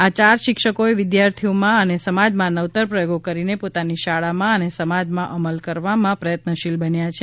આ ચાર શિક્ષકોએ વિધાર્થીઓમાં અને સમાજમાં નવતર પ્રયોગો કરીને પોતાની શાળામાં અને સમાજમાં અમલ કરવામાં પ્રયત્નશીલ બન્યા છે